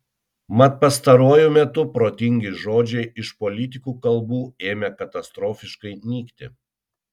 mat pastaruoju metu protingi žodžiai iš politikų kalbų ėmė katastrofiškai nykti